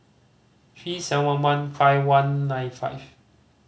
three seven one one five one nine five